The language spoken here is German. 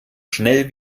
schnell